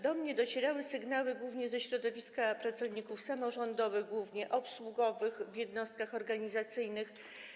Do mnie docierały sygnały głównie ze środowiska pracowników samorządowych, głównie obsługowych w jednostkach organizacyjnych.